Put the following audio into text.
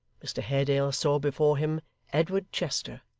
mr haredale saw before him edward chester,